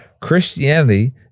Christianity